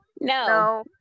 No